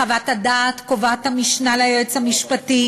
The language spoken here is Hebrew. בחוות הדעת קובעת המשנה ליועץ המשפטי